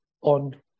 on